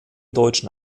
deutschen